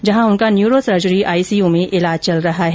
जहां उनका neuro surgery ICU में ईलाज चल रहा है